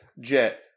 jet